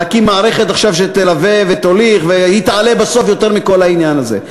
להקים עכשיו מערכת שתלווה ותוליך ותעלה בסוף יותר מכל העניין הזה,